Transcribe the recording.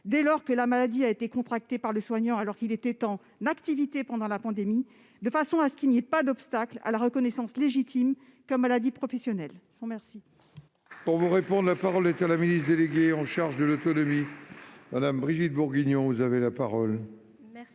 dès lors que la maladie a été contractée par le soignant alors qu'il était en activité pendant la pandémie, de manière à ce qu'il n'y ait pas d'obstacle à la reconnaissance légitime du covid long comme maladie professionnelle